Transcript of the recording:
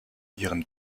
ihren